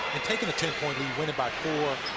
and taking the ten-point lead, winning by four.